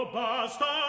basta